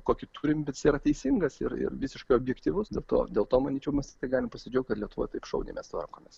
kokį turim bet jisai yra teisingas ir visiškai objektyvusdėl to dėl to manyčiau mes galim pasidžiaugti kad lietuvoj taip šauniai mes tvarkomės